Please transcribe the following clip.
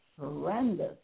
horrendous